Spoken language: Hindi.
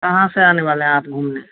कहाँ से आने वाले हैं आप घूमने